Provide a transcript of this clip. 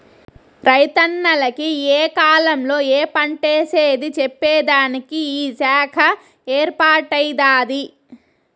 రైతన్నల కి ఏ కాలంలో ఏ పంటేసేది చెప్పేదానికి ఈ శాఖ ఏర్పాటై దాది